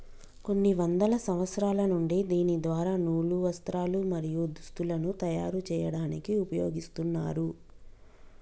కొన్ని వందల సంవత్సరాల నుండి దీని ద్వార నూలు, వస్త్రాలు, మరియు దుస్తులను తయరు చేయాడానికి ఉపయోగిస్తున్నారు